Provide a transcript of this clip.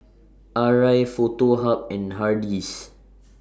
Arai Foto Hub and Hardy's